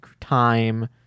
time